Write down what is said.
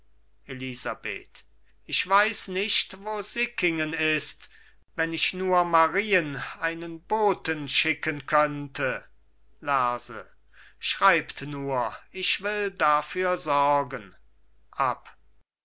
elisabeth ich weiß nicht wo sickingen ist wenn ich nur marien einen boten schicken könnte lerse schreibt nur ich will dafür sorgen